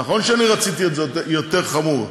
נכון שאני רציתי את זה יותר חמור,